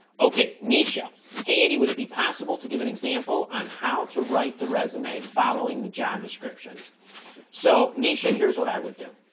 okay nisha hey andy would it be possible to give an example on how to write the resume following the job descriptions so nisha here's what i would do